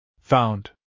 Found